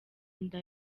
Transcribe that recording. nda